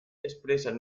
expresan